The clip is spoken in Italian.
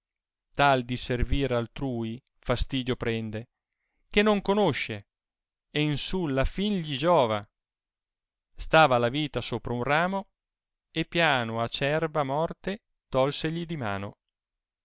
tal di servir altrui fastidio prende che non conosce e n sulla tìn gli giova stava la vita sopra un ramo e piano acerba morte tolsegli di mano